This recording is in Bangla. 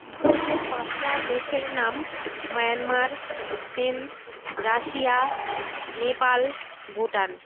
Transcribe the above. বিশ্বের পাঁচটা দেশের নাম Myanmar Spain Russia Nepal Bhutan